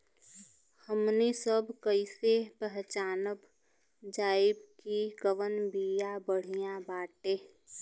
हमनी सभ कईसे पहचानब जाइब की कवन बिया बढ़ियां बाटे?